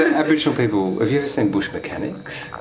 ah aboriginal people, have you ever seen bush mechanics?